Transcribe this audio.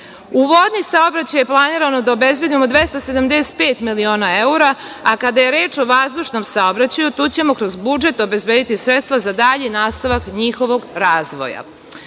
vodni saobraćaj je planirano da obezbedimo 275 miliona evra, a kada je reč o vazdušnom saobraćaju, tu ćemo kroz budžet obezbediti sredstva za dalji nastavak njihovog razvoja.